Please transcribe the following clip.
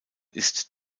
ist